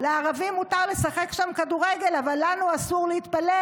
לערבים מותר לשחק שם כדורגל אבל לנו אסור להתפלל.